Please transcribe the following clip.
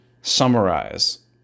summarize